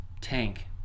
tank